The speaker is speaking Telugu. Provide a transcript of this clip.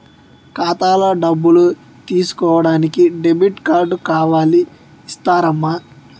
ఖాతాలో డబ్బులు తీసుకోడానికి డెబిట్ కార్డు కావాలి ఇస్తారమ్మా